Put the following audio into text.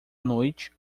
noite